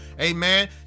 amen